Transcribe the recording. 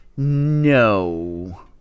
No